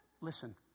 listen